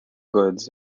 goods